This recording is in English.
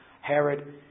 Herod